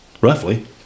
roughly